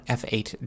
f8